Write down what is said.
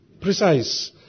precise